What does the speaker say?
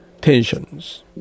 tensions